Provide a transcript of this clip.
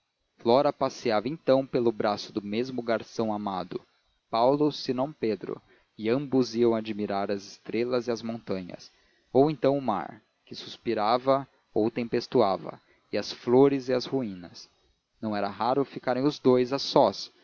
flora passeava então pelo braço do mesmo garção amado paulo se não pedro e ambos iam admirar estrelas e montanhas ou então o mar que suspirava ou tempestuava e as flores e as ruínas não era raro ficarem os dous